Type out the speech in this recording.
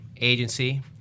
agency